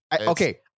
Okay